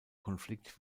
konflikt